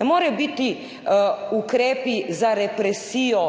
Ne morejo biti ukrepi za represijo